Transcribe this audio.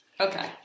Okay